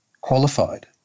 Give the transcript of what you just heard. qualified